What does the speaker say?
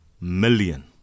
million